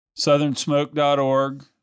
southernsmoke.org